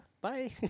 bye